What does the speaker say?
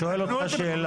רותם, אני שואל אותך שאלה.